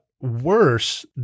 worse